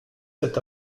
cet